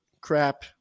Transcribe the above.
crap